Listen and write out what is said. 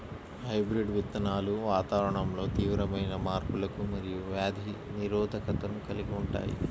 hybrid విత్తనాలు వాతావరణంలో తీవ్రమైన మార్పులకు మరియు వ్యాధి నిరోధకతను కలిగి ఉంటాయి